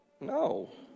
no